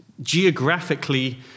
geographically